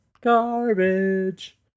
Garbage